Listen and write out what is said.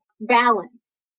balance